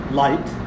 light